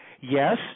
yes